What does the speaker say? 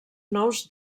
nous